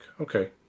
Okay